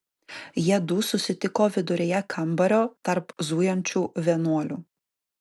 jiedu susitiko viduryje kambario tarp zujančių vienuolių